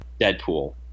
Deadpool